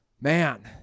Man